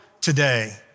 today